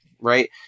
right